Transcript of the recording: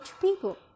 people